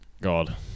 god